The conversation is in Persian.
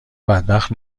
بدبخت